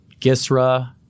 Gisra